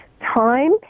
time